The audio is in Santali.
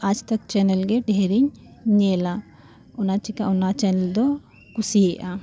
ᱟᱡᱽ ᱛᱚᱠ ᱪᱮᱱᱮᱞ ᱜᱮ ᱰᱷᱮᱨ ᱤᱧ ᱧᱮᱞᱟ ᱚᱱᱟ ᱪᱤᱠᱟᱹ ᱚᱱᱟ ᱪᱮᱱᱮᱞ ᱫᱚ ᱠᱩᱥᱤᱭᱟᱜᱼᱟ